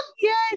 yes